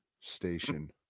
station